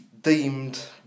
deemed